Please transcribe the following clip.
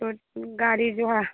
तो गाड़ी जो है